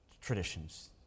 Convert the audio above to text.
traditions